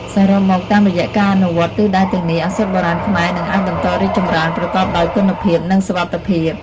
សរុបមក តាមរយៈការអនុវត្តទិសដៅទាំងនេះ ឱសថបុរាណខ្មែរនឹងអាចបន្តរីកចម្រើន ប្រកបដោយគុណភាព និងសុវត្ថិភាព។